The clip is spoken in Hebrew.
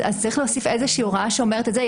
צריך להוסיף איזושהי הוראה שאומרת את זה.